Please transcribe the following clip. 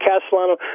Castellano